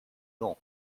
non